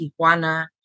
Tijuana